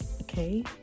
Okay